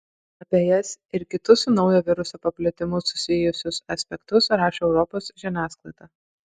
apie jas ir kitus su naujo viruso paplitimu susijusius aspektus rašo europos žiniasklaida